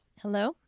Hello